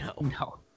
No